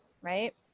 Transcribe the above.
right